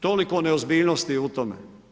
Toliko neozbiljnosti u tome.